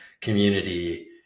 community